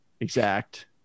exact